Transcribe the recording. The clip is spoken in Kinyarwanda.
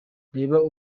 reba